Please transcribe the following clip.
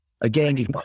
again